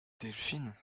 delphine